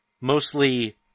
mostly